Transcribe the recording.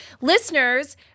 listeners